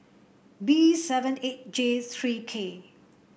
B seven eight J three K